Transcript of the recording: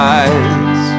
eyes